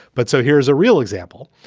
but so here is a real example.